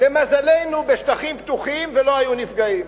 למזלנו בשטחים פתוחים ולא היו נפגעים.